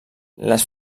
les